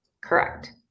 Correct